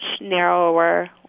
narrower